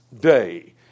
day